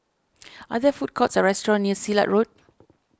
are there food courts or restaurants near Silat Road